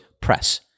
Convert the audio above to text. press